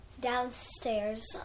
downstairs